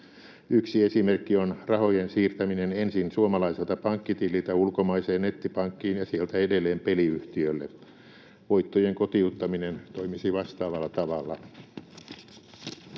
Yksi esimerkki on rahojen siirtäminen ensin suomalaiselta pankkitililtä ulkomaiseen nettipankkiin ja sieltä edelleen peliyhtiölle. Voittojen kotiuttaminen toimisi vastaavalla tavalla.